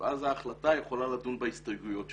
ואז הוועדה יכולה לדון בהסתייגויות שלו.